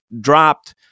dropped